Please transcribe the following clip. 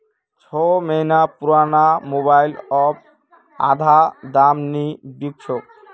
छो महीना पुराना मोबाइल अब आधा दामत नी बिक छोक